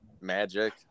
magic